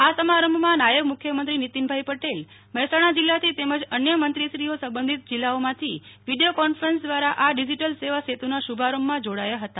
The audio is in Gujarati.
આ સમારંભમાં નાયબ મુખ્યમંત્રી નીતિનભાઇ પટેલ મહેસાણા જિલ્લાથી તેમજ અન્ય મંત્રીશ્રીઓ સંબંધિત જિલ્લાઓમાંથી વિડીયો કોન્ફરન્સ દ્વારા આ ડિઝીટલ સેવા સેતુના શુભારંભમાં જોડાયા હતા